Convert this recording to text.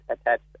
attached